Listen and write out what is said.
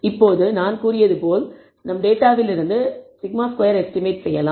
இப்போது நான் கூறியது போல் நாம் டேட்டாவிலிருந்து σ2 எஸ்டிமேட் செய்யலாம்